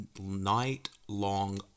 night-long